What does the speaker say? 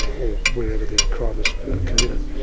or wherever the crime is committed,